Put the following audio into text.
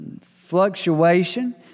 fluctuation